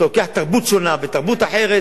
אתה לוקח תרבות שונה, קשור, בתרבות אחרת,